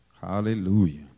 Hallelujah